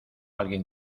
alguien